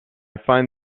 find